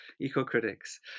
eco-critics